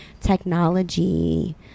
technology